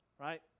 right